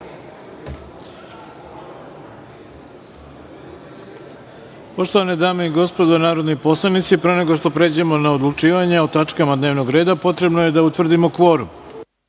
svima. Poštovane dame i gospodo narodni poslanici, pre nešto pređemo na odlučivanje o tačkama dnevnog reda, potrebno je da utvrdimo